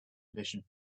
edition